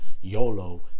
YOLO